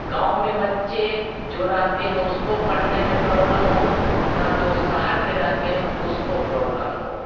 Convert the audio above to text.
गाँव में बच्चे जो रहते हैं उसको पढ़ने में प्रॉब्लम हो ना जो शहर में रहते हैं उसको प्रॉब्लम हो